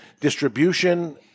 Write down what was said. Distribution